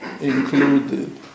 included